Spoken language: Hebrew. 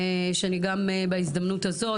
שאני גם בהזדמנות הזו,